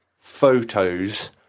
photos